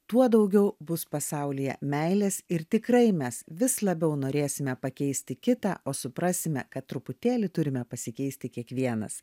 tuo daugiau bus pasaulyje meilės ir tikrai mes vis labiau norėsime pakeisti kitą o suprasime kad truputėlį turime pasikeisti kiekvienas